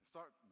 Start